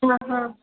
हँ हँ